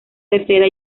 tercera